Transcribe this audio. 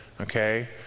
Okay